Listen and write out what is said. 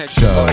show